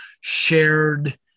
shared